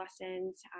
lessons